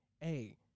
hey